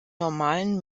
normalen